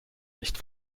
nicht